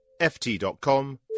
ft.com